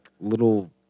little